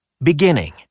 Beginning